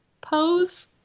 pose